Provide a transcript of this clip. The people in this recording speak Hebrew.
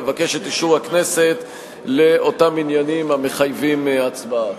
אבקש את אישור הכנסת לאותם עניינים המחייבים הצבעה.